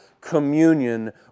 communion